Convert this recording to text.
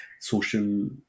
social